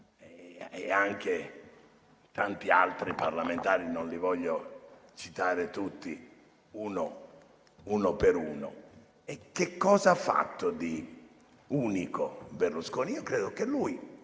e tanti altri parlamentari. Non li voglio citare tutti, uno ad uno. Che cosa ha fatto di unico Berlusconi? Io credo che lui